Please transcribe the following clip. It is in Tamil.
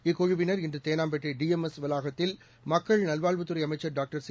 இக்குழுவினர் இன்று தேனாம்பேட்டை டிஎம்எஸ் வளாகத்தில் மக்கள் நல்வாழ்வுத்துறை அமைச்சர் டாக்டர் சி